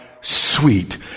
sweet